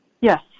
Yes